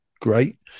Great